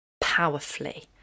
powerfully